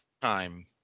time